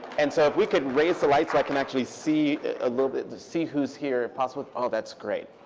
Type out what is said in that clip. and so if we could raise the lights, so i can actually see a little bit to see who's here, possibly. oh, that's great.